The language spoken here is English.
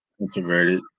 introverted